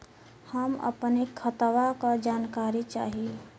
हम अपने खतवा क जानकारी चाही?